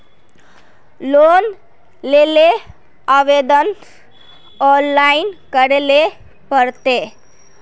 Loan लेले आवेदन online करे ले पड़ते?